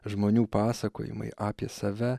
žmonių pasakojimai apie save